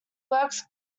works